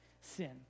sin